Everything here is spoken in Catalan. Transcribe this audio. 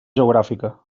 geogràfica